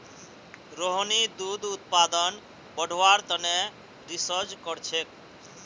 रोहिणी दूध उत्पादन बढ़व्वार तने रिसर्च करछेक